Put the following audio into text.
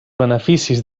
beneficis